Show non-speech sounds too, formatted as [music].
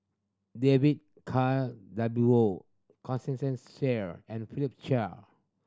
David [unintelligible] W O Constance Sheare and Philip Chia